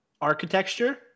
Architecture